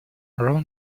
ron